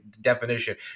definition